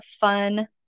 fun